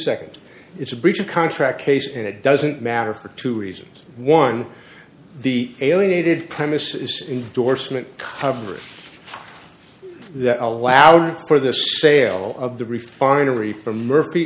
seconds it's a breach of contract case and it doesn't matter for two reasons one the alienated premise is indorsement coverage that allowed for the sale of the refinery for murphy